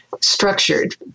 structured